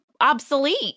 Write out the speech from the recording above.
obsolete